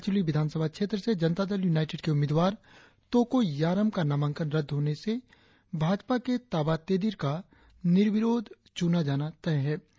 याचुली विधानसभा क्षेत्र से जनता दल यूनाईटेड के उम्मीदवार तोको याराम द्वारा अपना नाम वापस लेने से भाजपा के ताबा तेदिर का निर्विरोध निर्वाचन तय है